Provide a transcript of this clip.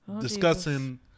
discussing